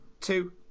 two